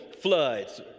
floods